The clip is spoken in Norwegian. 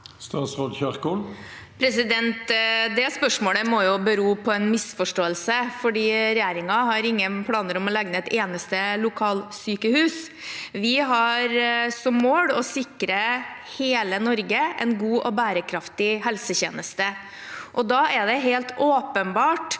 Ingvild Kjerkol Det spørsmålet må bero på en misforståelse, for regjeringen har ingen planer om å legge ned et eneste lokalsykehus. Vi har som mål å sikre hele Norge en god og bærekraftig helsetjeneste. Da er det helt åpenbart